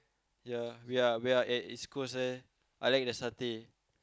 ya we are we are at East-Coast eh I like the satay